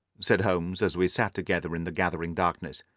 said holmes as we sat together in the gathering darkness,